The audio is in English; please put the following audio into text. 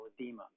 edema